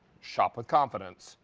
shop with confidence.